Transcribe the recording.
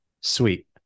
sweet